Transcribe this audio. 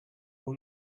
will